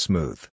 Smooth